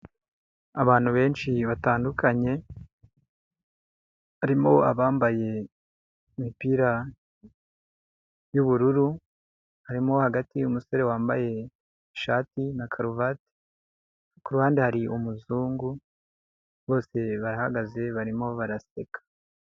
Abantu benshi batandukanye, harimo abambaye imipira y'ubururu, harimo uwo hagati umusore wambaye ishati na karuvati, ku ruhande hari umuzungu bose barahagaze barimo baraseka.